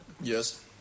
Yes